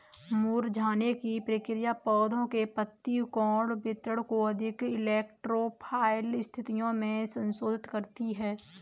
मुरझाने की प्रक्रिया पौधे के पत्ती कोण वितरण को अधिक इलेक्ट्रो फाइल स्थितियो में संशोधित करती है